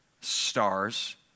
stars